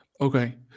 Okay